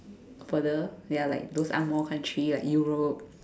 further ya like those ang-moh country like Europe